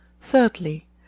Thirdly